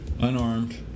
Unarmed